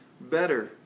better